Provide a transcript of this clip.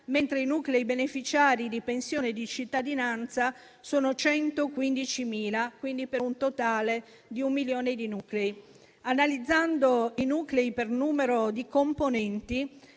mentre i nuclei beneficiari di pensione di cittadinanza sono 115.000, quindi per un totale di un milione di nuclei. Analizzando i nuclei per numero di componenti,